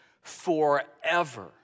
forever